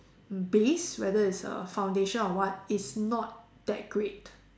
base whether it's your foundation or what it's not that great